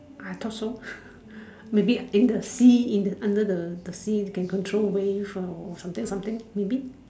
I thought so maybe in the sea in the under the the sea can control wave or something something maybe